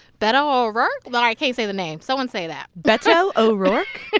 beto o'rourke? like i can't say the name. someone say that beto o'rourke?